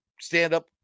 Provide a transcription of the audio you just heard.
stand-up